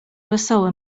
wesołe